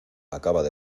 acababa